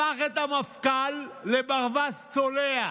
הפך את המפכ"ל לברווז צולע.